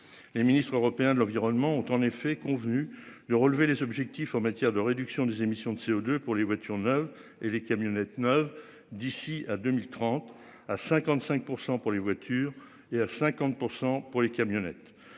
Les ministres européens de l'environnement ont en effet convenu de relever les objectifs en matière de réduction des émissions de CO2 pour les voitures neuves et les camionnettes neuves d'ici à 2030 à 55% pour les voitures et à 50% pour les camionnettes.